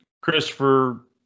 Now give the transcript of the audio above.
Christopher